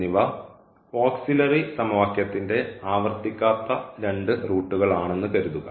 എന്നിവ ഓക്സിലറി സമവാക്യത്തിൻറെ ആവർത്തിക്കാത്ത രണ്ട് റൂട്ടുകൾ ആണെന്ന് കരുതുക